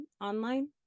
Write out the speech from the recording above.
online